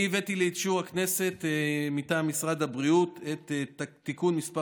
אני הבאתי לאישור הכנסת מטעם משרד הבריאות את תיקון מס'